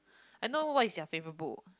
I know what is your favourite book